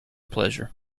pleasure